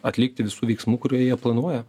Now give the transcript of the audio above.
atlikti visų veiksmų kurie jie planuoja